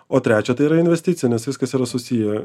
o trečia tai yra investicija nes viskas yra susiję